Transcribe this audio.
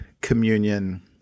communion